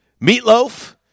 Meatloaf